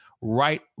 right